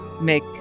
make